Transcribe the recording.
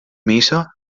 missa